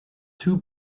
two